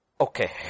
Okay